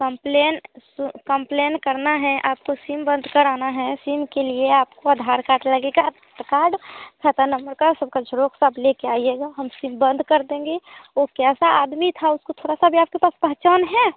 complain स complain करना है आपको सिम बंद कराना है सिम के लिए आपको आधार कार्ड लगेगा तो कार्ड खाता नंबर का सबका ज़ेरॉक्स सब लेकर आइएगा हम सिम बंद कर देंगे वह कैसा आदमी था उसको थोड़ा सा भी आपके पास पहचान है